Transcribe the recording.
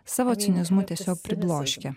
savo cinizmu tiesiog pribloškia